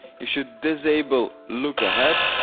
you should disable look ahead,